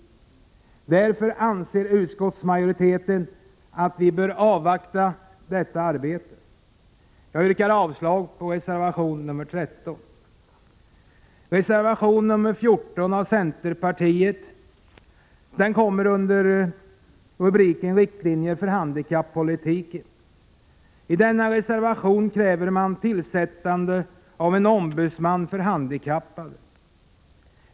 Därför anser utskottsmajoriteten att detta arbete bör avvaktas. Jag yrkar avslag på reservation 13. Reservation 14 från centerpartiet gäller avsnittet under rubriken Riktlinjer för handikappolitiken. I denna reservation kräver man tillsättande av en ombudsman för handikappade.